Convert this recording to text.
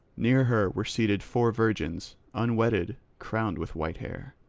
near her were seated four virgins, unwedded, crowned with white hair.